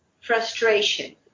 frustration